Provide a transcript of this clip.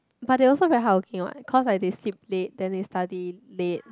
but they also very hardworking what cause like they sleep late then they study late